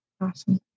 Awesome